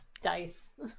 dice